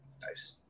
nice